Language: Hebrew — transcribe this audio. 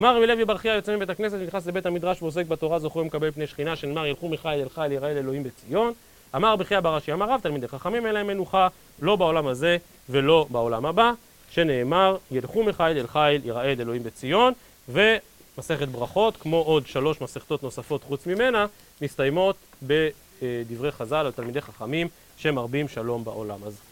אמר רבי לוי, בר חייא יוצא מבית הכנסת, נכנס לבית המדרש ועוסק בתורה, זוכה ומקבל פני שכינה, שנאמר 'ילכו מחיל אל חיל, ייראה אל אלוהים בציון'. אמר רבי חייא בר אשי אמר רב, תלמידי חכמים אין להם מנוחה לא בעולם הזה ולא בעולם הבא, שנאמר, 'ילכו מחיל אל חיל ייראה אל אלוהים בציון'. ומסכת ברכות, כמו עוד שלוש מסכתות נוספות חוץ ממנה, מסתיימות בדברי חז"ל על תלמידי חכמים שמרבים שלום בעולם הזה.